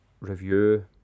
review